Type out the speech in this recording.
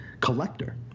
collector